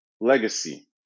legacy